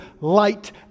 light